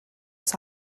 oes